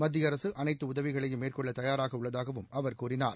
மத்திய அரசு அனைத்து உதவிகளையும் மேற்கொள்ள தயாராக உள்ளதாகவும் அவர் கூறினார்